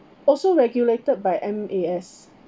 also regulated by M_A_S